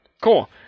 Cool